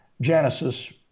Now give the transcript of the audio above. Genesis